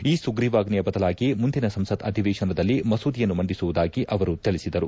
ಈ ಸುಗ್ರೀವಾಜ್ವೆಯ ಬದಲಾಗಿ ಮುಂದಿನ ಸಂಸತ್ ಅಧಿವೇತನದಲ್ಲಿ ಮಸೂದೆಯನ್ನು ಮಂಡಿಸುವುದಾಗಿ ಅವರು ತಿಳಿಸಿದರು